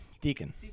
Deacon